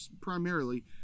primarily